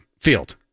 field